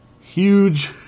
huge